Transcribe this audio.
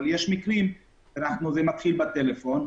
אבל יש מקרים שזה מתחיל בטלפון,